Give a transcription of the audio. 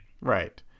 Right